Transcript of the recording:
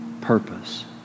Purpose